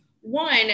one